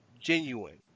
genuine